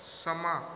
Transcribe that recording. ਸਮਾਂ